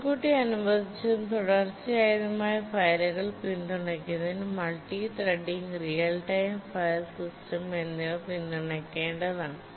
മുൻകൂട്ടി അനുവദിച്ചതും തുടർച്ചയായതുമായ ഫയലുകൾ പിന്തുണയ്ക്കുന്നതിന് multi threading real time file system എന്നിവ പിന്തുണയ്ക്കേണ്ടതാണ്